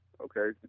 okay